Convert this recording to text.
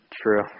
True